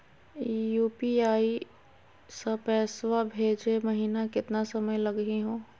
UPI स पैसवा भेजै महिना केतना समय लगही हो?